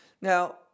now